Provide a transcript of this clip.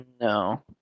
No